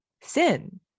sin